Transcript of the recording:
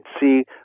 see